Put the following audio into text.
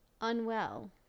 Unwell